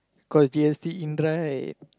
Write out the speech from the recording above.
cause G_S_T in right